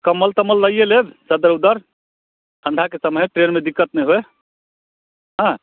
कम्मल तम्मल लैए लेब चद्दर उद्दर ठण्डा कऽ समय हय ट्रेनमे दिक्कत नहि होइ हँ